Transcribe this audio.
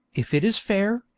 if it is fair,